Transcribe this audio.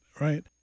right